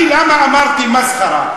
אני, למה אמרתי מסחרה?